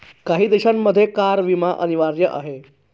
काही देशांमध्ये कार विमा अनिवार्य आहे